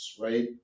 right